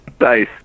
Nice